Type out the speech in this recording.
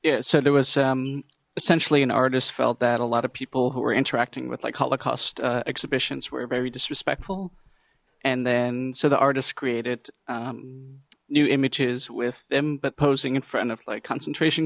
yeah so there was essentially an artist felt that a lot of people who were interacting with like holocaust exhibitions were very disrespectful and then so the artist created new images with them but posing in front of like concentration